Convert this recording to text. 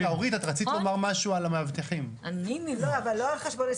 אני מבקש ממך לא לדבר ללא אישור.